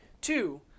Two